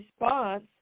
response